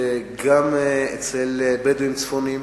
גם אצל בדואים צפוניים